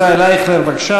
חבר הכנסת ישראל אייכלר, בבקשה,